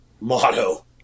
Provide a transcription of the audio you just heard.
motto